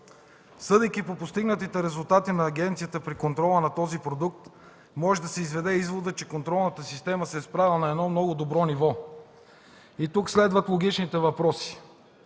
Съдейки по постигнатите резултати на агенцията при контрола на този продукт, може да се направи изводът, че контролната система се е справила на едно много добро ниво. Тук следват логичните въпроси: